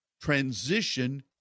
transition